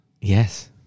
Yes